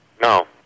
no